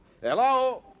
Hello